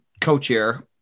co-chair